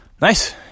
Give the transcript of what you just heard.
nice